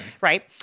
Right